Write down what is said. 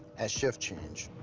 at shift change.